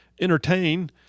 entertain